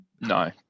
No